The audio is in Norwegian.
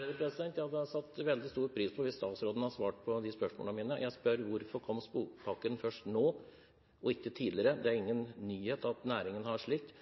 ville satt veldig stor pris på at statsråden hadde svart på spørsmålene mine. Jeg spør: Hvorfor kom skogpakken først nå og ikke tidligere? Det er ingen nyhet at næringen har slitt.